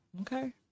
Okay